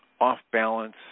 off-balance